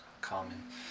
common